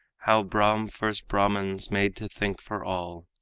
how brahm first brahmans made to think for all,